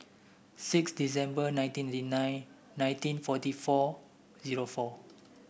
six December nineteen nine nineteen forty four zero four